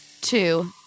Two